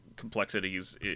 Complexities